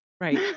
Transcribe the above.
Right